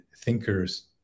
thinkers